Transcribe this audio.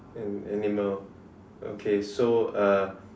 an animal okay so uh